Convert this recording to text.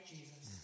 Jesus